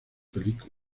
película